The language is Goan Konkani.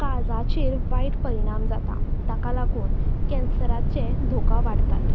काळजाचेर वायट परिणाम जाता ताका लागून कॅन्सराचे धोका वाडतात